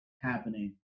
happening